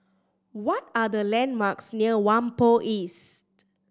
what are the landmarks near Whampoa East